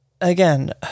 again